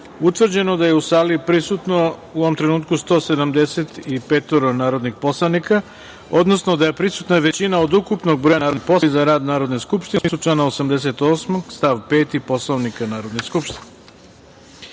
utvrđeno da je u sali prisutno, u ovom trenutku, 175 narodnih poslanika, odnosno da je prisutna većina od ukupnog broja narodnih poslanika i da postoje uslovi za rad Narodne skupštine u smislu člana 88. stav 5. Poslovnika Narodne skupštine. Da